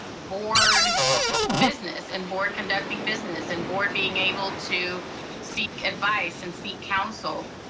board business, and board conducting business, and board being able to seek advice, and seek council.